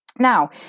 Now